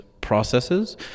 processes